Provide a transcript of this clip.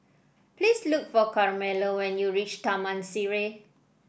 please look for Carmelo when you reach Taman Sireh